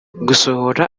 gusohora